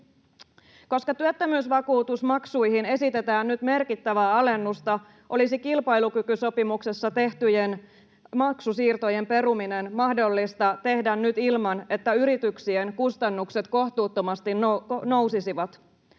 Koska työttömyysvakuutusmaksuihin esitetään nyt merkittävää alennusta, olisi kilpailukykysopimuksessa tehtyjen maksusiirtojen peruminen mahdollista tehdä nyt ilman, että yrityksien kustannukset kohtuuttomasti nousisivat.